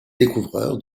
découvreur